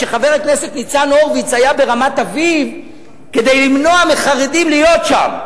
שחבר הכנסת ניצן הורוביץ היה ברמת-אביב כדי למנוע מחרדים להיות שם.